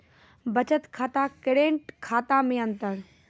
बचत खाता करेंट खाता मे अंतर?